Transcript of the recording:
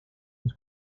les